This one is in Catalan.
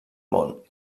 món